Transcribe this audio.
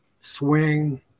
swing